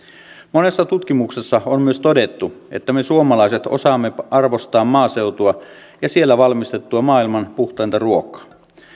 monessa tutkimuksessa on myös todettu että me suomalaiset osaamme arvostaa maaseutua ja siellä valmistettua maailman puhtainta ruokaa